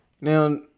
Now